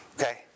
Okay